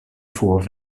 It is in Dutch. voor